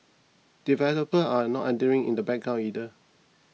developers are not idling in the background either